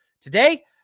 Today